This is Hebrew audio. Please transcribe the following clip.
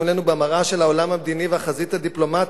מולנו במראה של העולם המדיני והחזית הדיפלומטית.